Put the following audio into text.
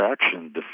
action